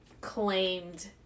claimed